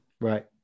Right